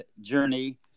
journey